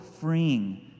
freeing